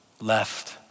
left